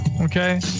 Okay